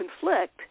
conflict